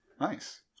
Nice